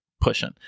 pushing